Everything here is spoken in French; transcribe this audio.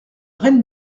reine